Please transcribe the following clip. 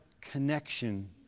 connection